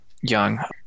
young